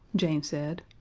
jane said.